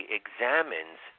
examines